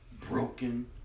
broken